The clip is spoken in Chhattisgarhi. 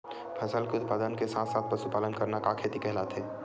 फसल के उत्पादन के साथ साथ पशुपालन करना का खेती कहलाथे?